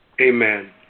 Amen